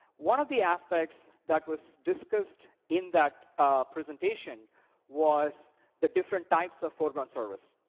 one of the aspects that was discussed in that presentation was the different types of foreground service.